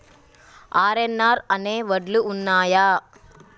RNR అనే వడ్లు ఉన్నయా?